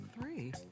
three